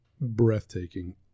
breathtaking